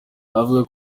avuga